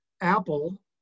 Apple